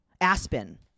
Aspen